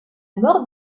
mort